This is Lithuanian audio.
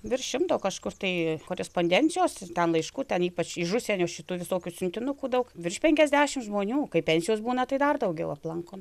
virš šimto kažkur tai korespondencijos ten laiškų ten ypač iš užsienio šitų visokių siuntinukų daug virš penkiasdešim žmonių kai pensijos būna tai dar daugiau aplankom